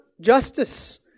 justice